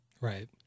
Right